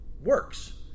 works